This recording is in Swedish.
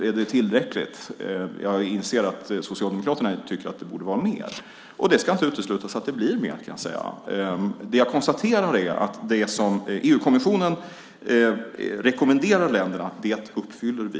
Är det tillräckligt? Jag inser att Socialdemokraterna tycker att det borde vara mer. Och det ska inte uteslutas att det blir mer, kan jag säga. Det jag konstaterar är att det som EU-kommissionen rekommenderar länderna, det uppfyller vi.